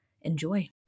Enjoy